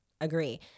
agree